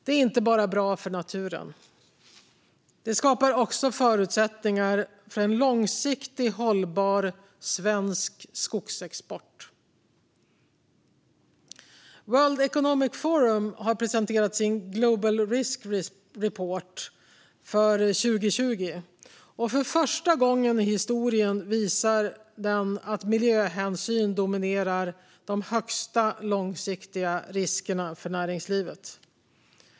Det är inte bara bra för naturen, utan det skapar också förutsättningar för en långsiktigt hållbar svensk skogsexport. World Economic Forum har presenterat sin Global Risks Report för 2020, och för första gången i historien visar den att miljöhänsyn dominerar de högsta långsiktiga riskerna för näringslivet.